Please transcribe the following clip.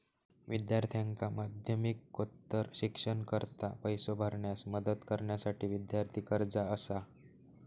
विद्यार्थ्यांका माध्यमिकोत्तर शिक्षणाकरता पैसो भरण्यास मदत करण्यासाठी विद्यार्थी कर्जा असा